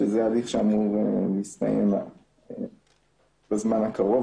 שזה הליך שאמור להסתיים בזמן הקרוב.